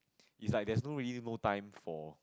it's like there's no really no time for